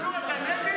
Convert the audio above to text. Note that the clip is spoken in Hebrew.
מנסור, אתה נגד?